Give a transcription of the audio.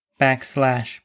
backslash